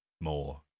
more